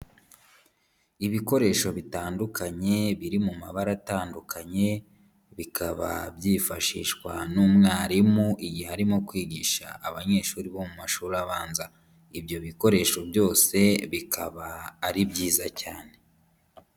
Ibikoresho bitandukanye biri mu mabara atandukanye bikaba byifashishwa n'umwarimu igihe arimo kwigisha abanyeshuri bo mu mashuri abanza, ibyo bikoresho byose bikaba ari byiza cyane.